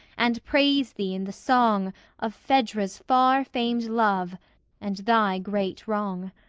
and praise thee in the song of phaedra's far-famed love and thy great wrong.